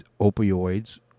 opioids